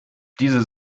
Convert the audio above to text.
diese